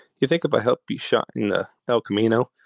you think about help be shot in the el camino.